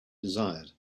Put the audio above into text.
desired